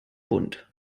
bunt